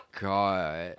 God